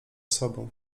sobą